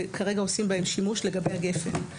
וכרגע עושים בהם שימוש לגבי הגפ"ן.